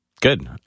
Good